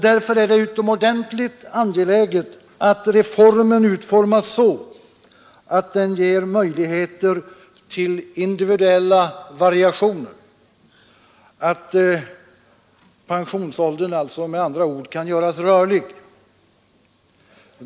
Därför är det utomordentligt angeläget att reformen utformas så, att den ger möjligheter till individuella variationer, att pensionsåldern alltså med andra ord kan göras rörlig.